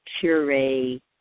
puree